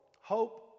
hope